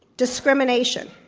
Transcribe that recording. discrimination.